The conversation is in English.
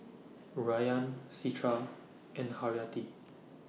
Rayyan Citra and Haryati